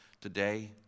today